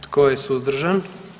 Tko je suzdržan?